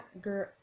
Girl